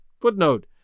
footnote